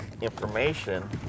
information